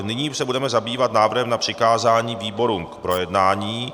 Nyní se budeme zabývat návrhem na přikázání výborům k projednání.